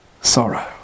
sorrow